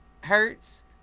hertz